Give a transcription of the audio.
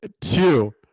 Two